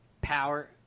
power